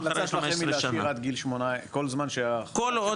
כלומר ההחלטה שלכם היא כל זמן --- כל עוד